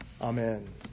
Amen